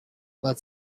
but